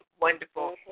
wonderful